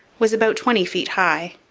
was about twenty feet high.